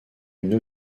une